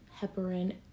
heparin